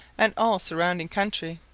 and all surrounding country,